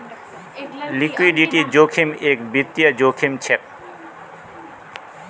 liquidity जोखिम एक वित्तिय जोखिम छे